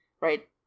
right